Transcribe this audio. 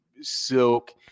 silk